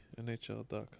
NHL.com